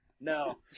No